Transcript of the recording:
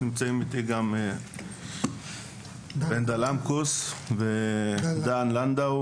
נמצאים איתי גם ברנדה למקוס ודן לנדא,